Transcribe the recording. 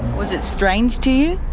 was it strange to you?